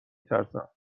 ترسم